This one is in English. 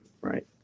Right